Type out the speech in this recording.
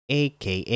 aka